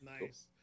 nice